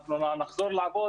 אנחנו נחזור לעבוד